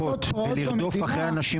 לא, זה לא פרעות, יקירי.